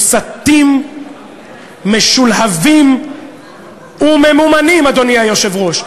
משולהבים וממומנים, אדוני היושב-ראש.